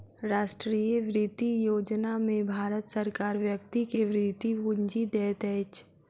राष्ट्रीय वृति योजना में भारत सरकार व्यक्ति के वृति पूंजी दैत अछि